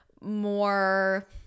more